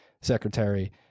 Secretary